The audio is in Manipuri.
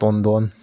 ꯇꯣꯟꯗꯣꯟ